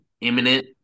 imminent